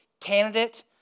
candidate